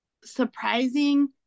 surprising